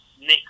nick